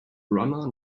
runner